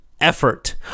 effort